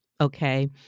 Okay